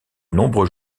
nombreux